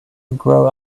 grow